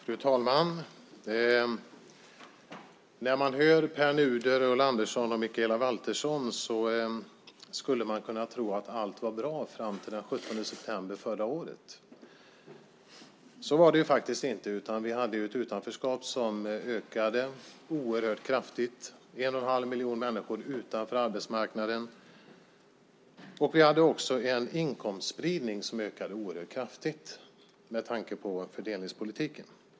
Fru talman! När man hör Pär Nuder, Ulla Andersson och Mikaela Valtersson skulle man kunna tro att allt var bra fram till den 17 september förra året. Så var det faktiskt inte, utan vi hade ett utanförskap som ökade oerhört kraftigt. En och en halv miljon människor var utanför arbetsmarknaden. Inkomstspridningen ökade också oerhört kraftigt - med tanke på fördelningspolitiken.